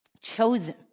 chosen